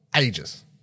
ages